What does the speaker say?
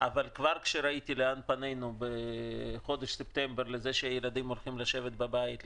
אבל כבר כשראיתי לאן פנינו בחודש ספטמבר: לכך שילדים הולכים לשבת בבית,